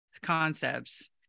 concepts